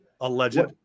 alleged